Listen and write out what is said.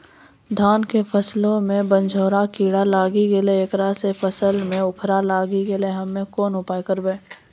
धान के फसलो मे बनझोरा कीड़ा लागी गैलै ऐकरा से फसल मे उखरा लागी गैलै हम्मे कोन उपाय करबै?